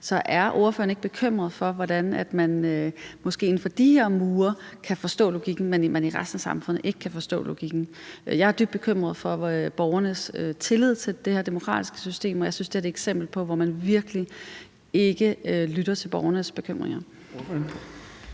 Så er ordføreren ikke bekymret for, at man måske inden for de her mure kan forstå logikken, mens man i resten af samfundet ikke kan forstå logikken? Jeg er dybt bekymret med hensyn til borgernes tillid til det demokratiske system, og jeg synes, det her er et eksempel på, at man virkelig ikke lytter til borgernes bekymringer.